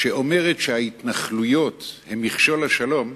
שאומרת שההתנחלויות הן מכשול לשלום